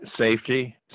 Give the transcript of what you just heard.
safety